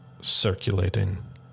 circulating